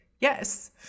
yes